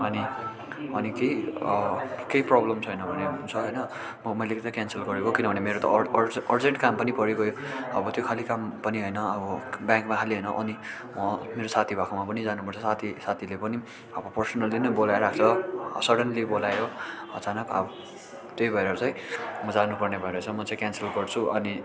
अनि अनि केही केही प्रोब्लम छैन भने हुन्छ होइन मैले चाहिँ क्यान्सल गरेको किनभने मेरो त अर् अर् अर्जेन्ट काम पनि परिगयो अब त्यो खालि काम पनि होइन अब ब्याङ्कमा खालि होइन अनि म मेरो साथी भएकोमा पनि जानु पर्छ साथी साथीले पनि अब पर्सनली नै बोलाइरहेको छ सडन्ली बोलायो अचानक अब त्यही भएर चाहिँ म जानु पर्ने भएर चाहिँ म चाहिँ क्यान्सल गर्छु अनि